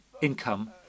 income